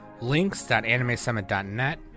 links.animesummit.net